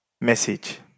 message